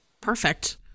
perfect